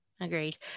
Agreed